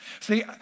See